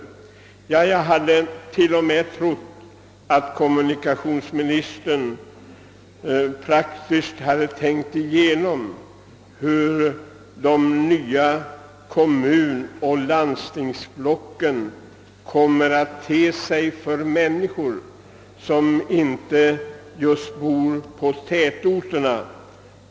Jag hade till och med trott att kommunikationsministern skulle ha tänkt igenom vilka verkningar de planerade kommunoch landstingsblocken kommer att få för de personer, som inte bor i tätorterna.